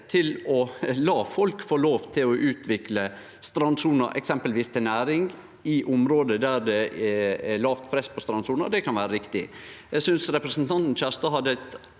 til å la folk få lov til å utvikle strandsona, eksempelvis til næring, i område der det er lågt press på strandsona, kan vere riktig. Eg synest at representanten Kjerstad hadde eit